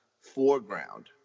foreground